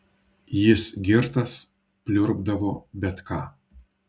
jis girtas pliurpdavo bet ką